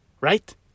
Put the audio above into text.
right